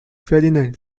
ferdinand